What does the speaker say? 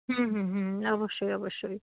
হুম হুম হুম অবশ্যই অবশ্যই